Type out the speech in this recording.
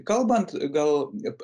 kalbant gal